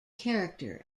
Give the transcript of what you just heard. character